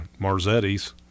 Marzetti's